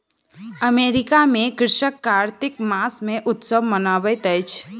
America में कृषक कार्तिक मास मे उत्सव मनबैत अछि